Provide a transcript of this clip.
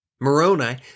Moroni